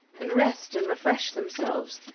and rest and refresh themselves,